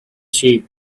sheep